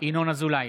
ינון אזולאי,